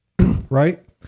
right